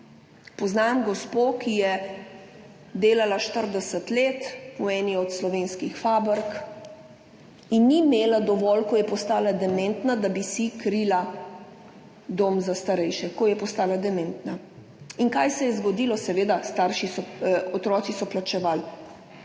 Poznam gospo, ki je delala štirideset let v eni od slovenskih fabrik in ni imela dovolj, ko je postala dementna, da bi si krila dom za starejše, ko je postala dementna. In kaj se je zgodilo? Seveda, otroci so plačevali.